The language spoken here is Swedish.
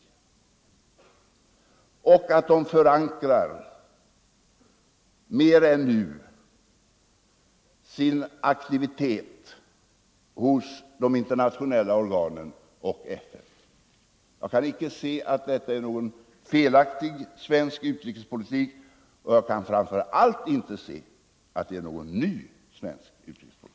Vi vill att de mer än nu förankrar sin aktivitet hos de internationella organen och FN. Jag kan inte finna att det är någon felaktig svensk utrikespolitik och jag kan framför allt inte finna att det är någon ny svensk utrikespolitik.